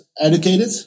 educated